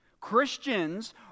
Christians